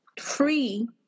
free